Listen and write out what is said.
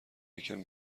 یکم